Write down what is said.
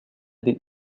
den